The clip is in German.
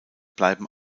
bleiben